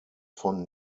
von